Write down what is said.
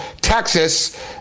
Texas